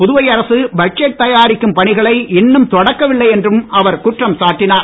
புதுவை அரசு பட்ஜெட் தயாரிக்கும் பணிகளை இன்னும் தொடக்கவில்லை என்றும் அவர் குற்றம் சாட்டினார்